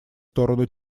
сторону